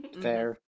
fair